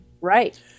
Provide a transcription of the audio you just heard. Right